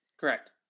Correct